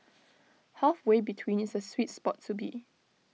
halfway between is the sweet spot to be